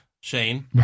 Shane